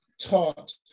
taught